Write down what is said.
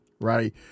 right